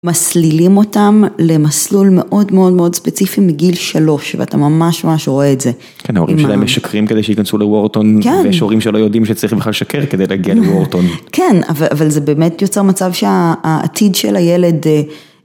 מסלילים אותם למסלול מאוד מאוד מאוד ספציפי מגיל שלוש ואתה ממש ממש רואה את זה. כן, ההורים שלהם משקרים כדי שייכנסו לוורטון ויש הורים שלא יודעים שצריך לבכלל שקר כדי להגיע לוורטון. כן, אבל זה באמת יוצר מצב שהעתיד של הילד...